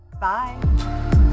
Bye